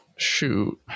shoot